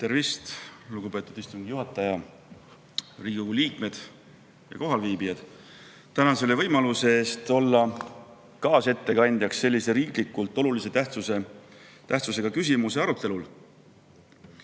Tervist, lugupeetud istungi juhataja, Riigikogu liikmed ja kohalviibijad! Tänan võimaluse eest olla kaasettekandjaks sellise riikliku tähtsusega küsimuse arutelul. Olen